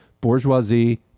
bourgeoisie